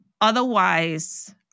otherwise